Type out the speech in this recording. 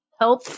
Help